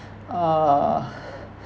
err